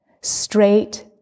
straight